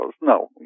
No